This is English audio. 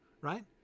right